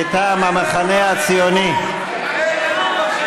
אי-אמון בממשלה,